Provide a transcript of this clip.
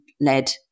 led